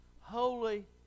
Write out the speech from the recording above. Holy